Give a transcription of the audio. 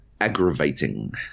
Aggravating